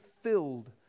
filled